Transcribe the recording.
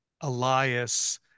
Elias